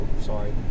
Sorry